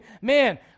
man